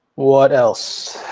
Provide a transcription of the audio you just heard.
what else?